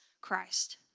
Christ